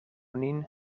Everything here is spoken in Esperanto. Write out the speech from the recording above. nin